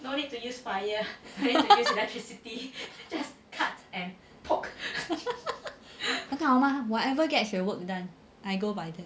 很好吗 whatever gets your work done I go by that